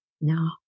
No